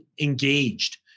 engaged